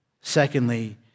Secondly